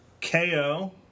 KO